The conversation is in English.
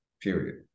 period